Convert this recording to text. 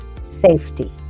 safety